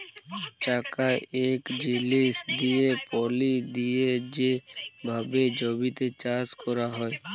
চাকা ইকট জিলিস দিঁয়ে পলি দিঁয়ে যে ভাবে জমিতে চাষ ক্যরা হয়